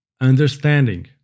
understanding